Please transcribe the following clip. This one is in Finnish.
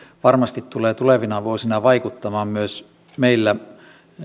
varmasti tulee tulevina vuosina vaikuttamaan myös meillä